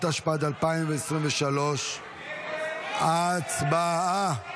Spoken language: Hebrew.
התשפ"ד 2023. הצבעה.